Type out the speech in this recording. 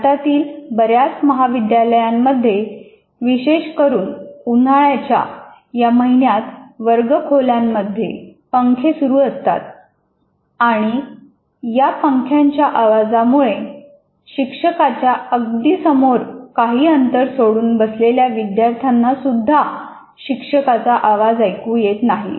भारतातील बऱ्याच महाविद्यालयांमध्ये विशेष करून उन्हाळ्याच्या या महिन्यात वर्ग खोल्यांमध्ये पंखे सुरू असतात आणि या पंखांच्या आवाजामुळे शिक्षकाच्या अगदी समोर काही अंतर सोडून बसलेल्या विद्यार्थ्यांना सुद्धा शिक्षकाचा आवाज ऐकू येत नाही